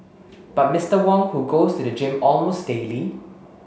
but Mister Wong who goes to the gym almost daily